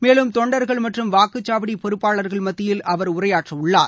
மேலும் தொண்டர்கள் மற்றும் வாக்குச்சாவடி பொறுப்பாளர்கள் மத்தியில் அவர் உரையாற்றவிருக்கிறார்